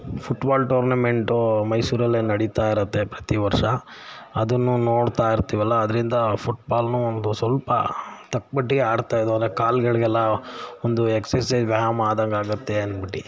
football tournament ಮೈಸೂರಲ್ಲೇ ನಡಿತಾ ಇರುತ್ತೆ ಪ್ರತಿವರ್ಷ ಅದನ್ನು ನೋಡ್ತಾ ಇರ್ತೀವಲ್ಲ ಅದರಿಂದ ಫುಟ್ಬಾಲ್ನೂ ಒಂದು ಸ್ವಲ್ಪ ತಕ್ಕ ಮಟ್ಟಿಗೆ ಆಡ್ತಾ ಇದ್ದೆವಲ್ಲ ಕಾಲುಗಳಿಗೆಲ್ಲ ಒಂದು ಎಕ್ಸರ್ಸೈಜ್ ವ್ಯಾಯಾಮ ಆದಂಗೆ ಆಗುತ್ತೆ ಅಂದ್ಬಿಟ್ಟು